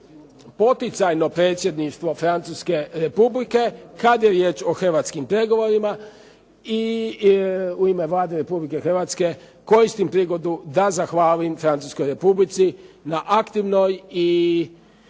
poticajno predsjedništvo Francuske Republike kad je riječ o hrvatskim pregovorima. I u ime Vlade Republike Hrvatske koristim prigodu da zahvalim Francuskoj Republici na aktivnoj i